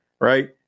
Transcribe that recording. Right